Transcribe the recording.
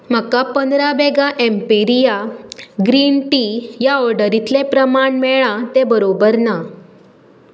म्हाका पंदरा बॅगां एम्पेरिया ग्रीन टी ह्या ऑर्डरींतलें प्रमाण मेळ्ळां तें बरोबर ना